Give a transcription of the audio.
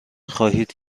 خواهید